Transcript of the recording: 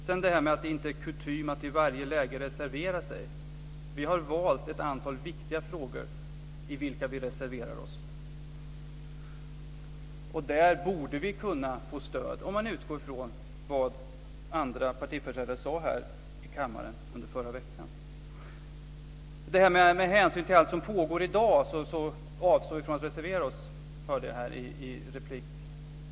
Det sades något om att det inte är kutym att i varje läge reservera sig. Vi har valt ett antal viktiga frågor i vilka vi reserverar oss. Där borde vi kunna få stöd, om man utgår från vad andra partiföreträdare sade i kammaren förra veckan. Med hänsyn till allt som pågår i dag avstår vi från att reservera oss, hörde jag i en replik.